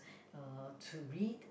uh to read